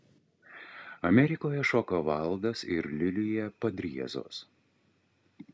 amerikoje šoka valdas ir lilija padriezos